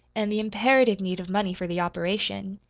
and the imperative need of money for the operation.